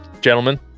gentlemen